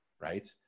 right